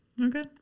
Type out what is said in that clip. Okay